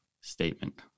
statement